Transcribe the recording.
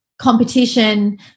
competition